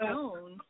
own